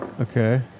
okay